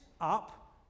up